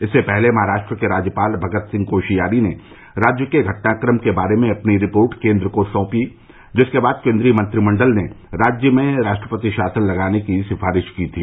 इससे पहले महाराष्ट्र के राज्यपाल भगतसिंह कोश्यारी ने राज्य के घटनाक्रम के बारे में अपनी रिपोर्ट केंद्र को सौंपी जिसके बाद केंद्रीय मंत्रिमंडल ने राज्य में राष्ट्रपति शासन लगाने की सिफारिश की थी